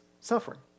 suffering